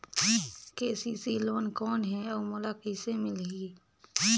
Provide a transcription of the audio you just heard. KCC loan कौन हे अउ मोला कइसे मिलही?